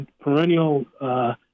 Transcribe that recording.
perennial